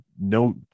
no